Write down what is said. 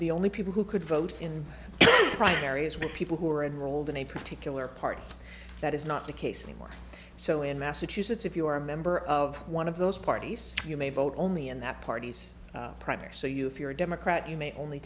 the only people who could vote in primaries were people who are enrolled in a particular party that is not the case anymore so in massachusetts if you are a member of one of those parties you may vote only in that party's primary so you if you're a democrat you may only